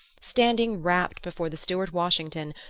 standing rapt before the stuart washington,